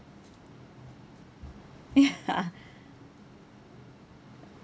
ya